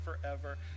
forever